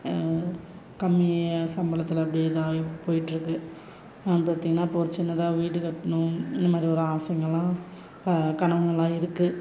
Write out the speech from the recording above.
கம்மி சம்பளத்தில் அப்படியே இதாக போய்ட்ருக்கு பார்த்திங்கன்னா இப்போ ஒரு சின்னதாக வீடு கட்டணும் இந்தமாதிரி ஒரு ஆசைங்கள்லாம் கனவுங்கள்லாம் இருக்கு